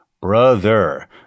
Brother